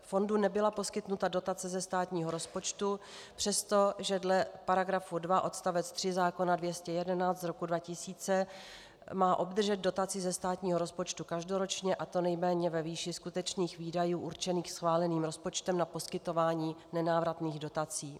Fondu nebyla poskytnuta dotace ze státního rozpočtu, přestože dle § 2 odst. 3 zákona č. 211/2000 Sb., má obdržet dotaci ze státního rozpočtu každoročně, a to nejméně ve výši skutečných výdajů určených schváleným rozpočtem na poskytování nenávratných dotací.